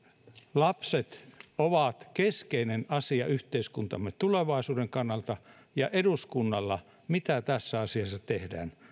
lapset ovat keskeinen asia yhteiskuntamme tulevaisuuden kannalta ja eduskunnalla siinä mitä tässä asiassa tehdään